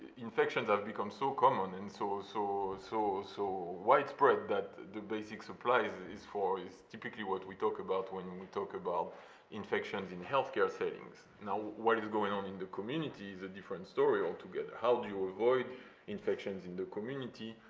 infections have become so common and so so so so widespread that the basic supplies is for, is typically what we talk about when we about infections in health care settings. now, what is going on in the communities is a different story altogether, how do you avoid infections in the community?